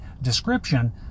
description